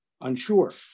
unsure